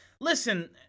listen